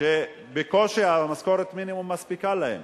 שבקושי משכורת המינימום מספיקה להן?